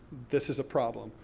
this is a problem,